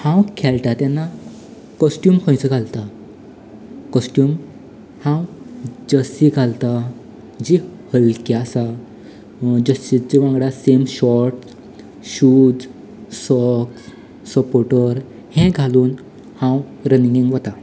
हांव खेळटां तेन्ना कॉस्ट्यूम खंयचो घालतां कॉस्ट्यूम हांव जर्सी घालतां जी हलकी आसा जर्सीच्या वांगडा same short shoes socks supporter हें घालून हांव रनिंगेक वता